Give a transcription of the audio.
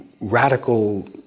radical